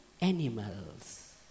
animals